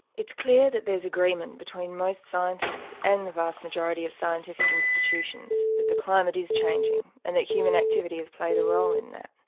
it's clear that there's agreement between most scientists and the vast majority of scientific institutions that the climate is changing and that human activity has played a role in that.